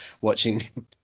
watching